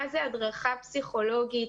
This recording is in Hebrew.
מהי הדרכה פסיכולוגית,